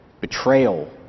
betrayal